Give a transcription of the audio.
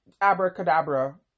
abracadabra